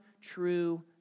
true